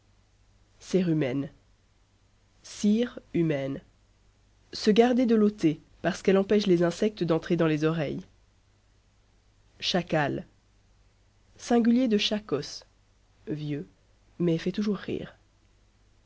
cérumen cire humaine se garder de l'ôter parce qu'elle empêche les insectes d'enter dans les oreilles chacal singulier de shakos vieux mais fait toujours